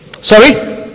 Sorry